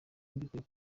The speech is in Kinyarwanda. mbikuye